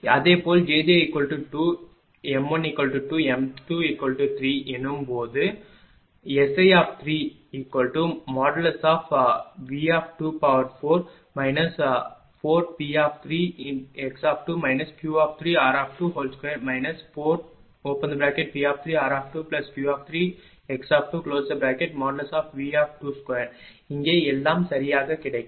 அதேபோல jj2 m12 m23 எனும்போது SI3|V|4 4P3x2 Q3r22 4P3r2Q3x2|V|2 இங்கே எல்லாம் சரியாக கிடைக்கும்